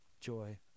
joy